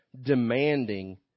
demanding